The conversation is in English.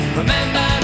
remember